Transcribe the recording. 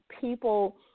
people